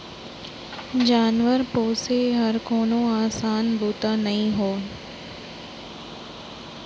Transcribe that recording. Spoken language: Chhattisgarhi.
जानवर पोसे हर कोनो असान बूता नोहे